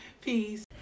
peace